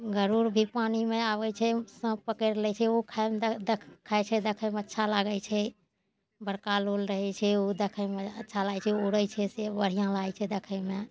गरुड़ भी पानिमे आबै छै साँप पकड़ि लै छै ओ खाइमे दे खाइ छै देखैमे अच्छा लागै छै बड़का लोल रहै छै ओ देखैमे अच्छा लागै छै उड़ै छै से बढ़िआँ लागै छै देखैमे